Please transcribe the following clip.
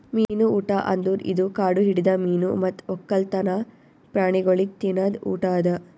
ಮೀನು ಊಟ ಅಂದುರ್ ಇದು ಕಾಡು ಹಿಡಿದ ಮೀನು ಮತ್ತ್ ಒಕ್ಕಲ್ತನ ಪ್ರಾಣಿಗೊಳಿಗ್ ತಿನದ್ ಊಟ ಅದಾ